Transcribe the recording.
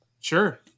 Sure